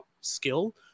skill